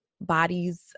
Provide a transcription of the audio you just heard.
bodies